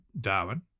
Darwin